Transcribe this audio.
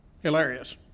hilarious